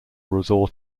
resort